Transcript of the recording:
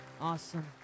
Awesome